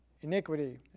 iniquity